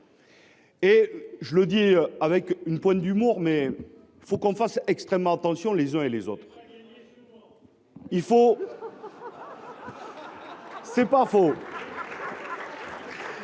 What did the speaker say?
Et je le dis avec une pointe d'humour mais. Faut qu'on fasse extrêmement attention les uns et les autres. Il faut. François. C'est pas faux.